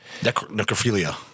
Necrophilia